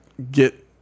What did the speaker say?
get